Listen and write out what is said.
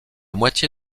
moitié